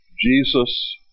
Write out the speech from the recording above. Jesus